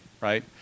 right